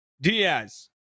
Diaz